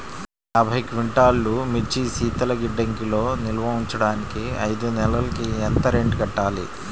యాభై క్వింటాల్లు మిర్చి శీతల గిడ్డంగిలో నిల్వ ఉంచటానికి ఐదు నెలలకి ఎంత రెంట్ కట్టాలి?